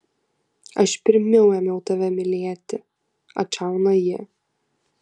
aš pirmiau ėmiau tave mylėti atšauna ji